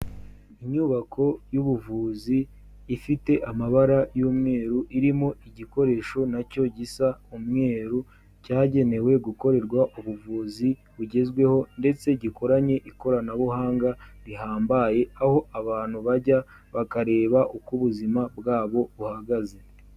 Inyubako y'ubuvuzi ifite amabara y'umweru irimo igikoresho na cyo gisa umweru, cyagenewe gukorerwa ubuvuzi bugezweho, ndetse gikoranye ikoranabuhanga rihambaye aho abantu bajya bakareba uko ubuzima bwabo buhagaze.